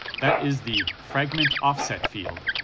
that is the fragment offset field,